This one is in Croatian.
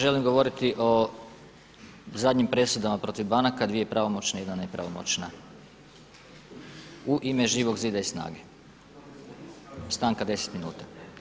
Želim govoriti o zadnjim presudama protiv banaka, dvije pravomoćne i jedna nepravomoćna u ime Živog zida i SNAGA-e, stanka deset minuta.